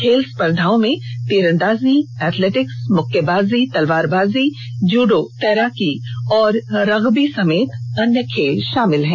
खेल स्पर्धाओं में तीरंदाजी एथलेटिक्स मुक्केबाजी तलवारबाजी जूडो तैराकी और रग्बी समेत कई अन्य खेल भी शामिल हैं